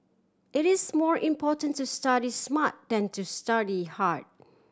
it is more important to study smart than to study hard